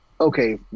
Okay